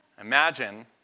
Imagine